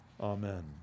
Amen